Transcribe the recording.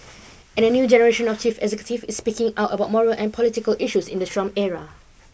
and a new generation of chief executives is speaking out about moral and political issues in the Trump era